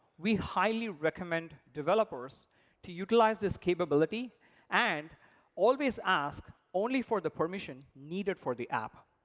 we highly recommend developers to utilize this capability and always ask only for the permission needed for the app.